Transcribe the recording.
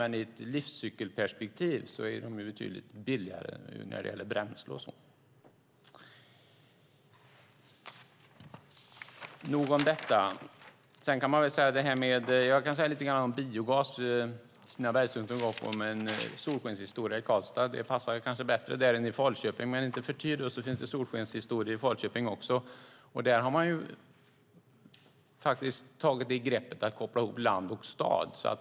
Men i ett livscykelperspektiv är de betydligt billigare när det gäller bränsle och annat. Jag vill säga något om biogas. Stina Bergström tog upp en solskenshistoria i Karlstad. Det passar kanske bättre där än i Falköping, men icke förty finns det solskenshistorier även i Falköping. Där har man tagit greppet att koppla ihop land och stad.